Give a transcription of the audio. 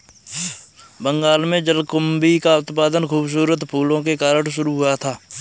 बंगाल में जलकुंभी का उत्पादन खूबसूरत फूलों के कारण शुरू हुआ था